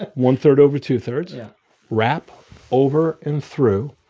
ah one-third over two-thirds yeah wrap over and through.